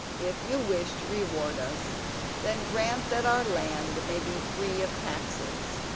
if you wish to reward us then grant that our land may be free of taxes,